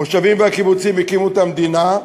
המושבים והקיבוצים הקימו את המדינה,